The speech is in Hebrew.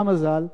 מה המזל?